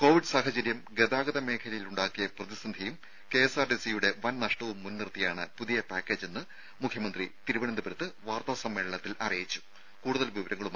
Covid സാഹചര്യം ഗതാഗത മേഖലയിലുണ്ടാക്കിയ പ്രതിസന്ധിയും കെഎസ്ആർടിസിയുടെ വൻ നഷ്ടവും മുൻനിർത്തിയാണ് പുതിയ പാക്കേജെന്ന് മുഖ്യമന്ത്രി തിരുവനന്തപുരത്ത് വാർത്താ സമ്മേളനത്തിൽ അറിയിച്ചു